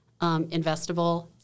investable